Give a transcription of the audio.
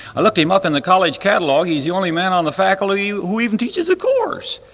i looked him up in the college catalog, he's the only man on the faculty who even teaches a course.